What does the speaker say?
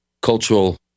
cultural